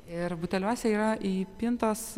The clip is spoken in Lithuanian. ir buteliuose yra įpintos